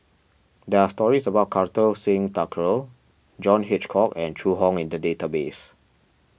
there are stories about Kartar Singh Thakral John Hitchcock and Zhu Hong in the database